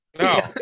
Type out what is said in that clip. No